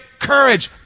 courage